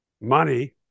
money